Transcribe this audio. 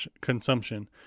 consumption